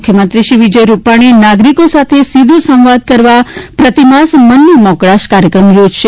મુખ્યમંત્રીશ્રી વિજય રૂપાણી નાગરિકો સાથે સીધો સંવાદ કરવા પ્રતિમાસ મનની મોકળાશ કાર્યક્રમ યોજશે